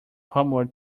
homework